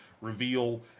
reveal